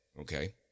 okay